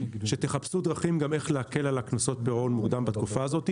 שתחפשו דרכים גם איך להקל על הקנסות פירעון מוקדם בתקופה הזאת.